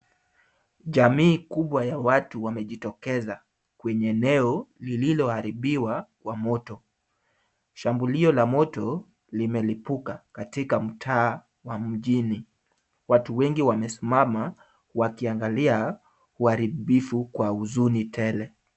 Jamii kubwa ya watu wamejitokeza kwenye eneo lililoharibiwa kwa moto. Shambulio la moto limelipuka katika mtaa wa mjini. Watu wengi wamesimama wakiangalia uharibifu kwa huzuni tele.